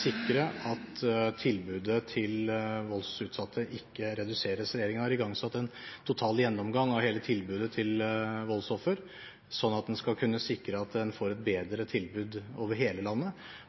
sikre at tilbudet til voldsutsatte ikke reduseres. Regjeringen har igangsatt en total gjennomgang av hele tilbudet til voldsofre, sånn at en skal kunne sikre at en får et bedre tilbud over hele landet